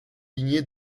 lignées